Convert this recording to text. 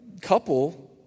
couple